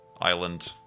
island